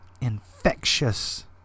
infectious